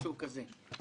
משהו כזה.